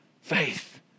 faith